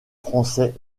français